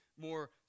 more